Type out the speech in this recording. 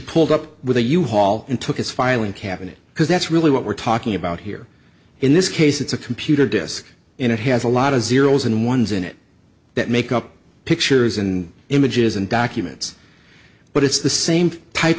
pulled up with a u haul and took his filing cabinet because that's really what we're talking about here in this case it's a computer disk in it has a lot of zeros and ones in it that make up pictures and images and documents but it's the same type